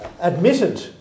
admitted